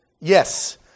Yes